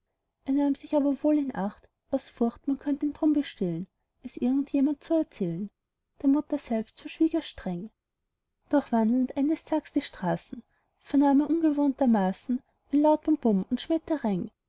er nahm sich aber wohl in acht aus furcht man könnt ihn drum bestehlen es irgend jemand zu erzählen der mutter selbst verschwieg er's streng durchwandelnd eines tags die straßen vernahm er ungewohntermaßen ein laut bumbum und schnettretteng